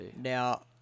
Now